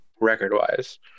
record-wise